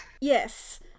Yes